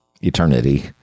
eternity